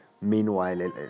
meanwhile